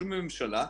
בשום ממשלה,